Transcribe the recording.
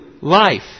life